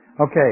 Okay